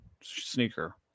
sneaker